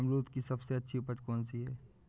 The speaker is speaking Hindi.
अमरूद की सबसे अच्छी उपज कौन सी है?